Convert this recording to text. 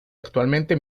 actualmente